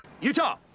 Utah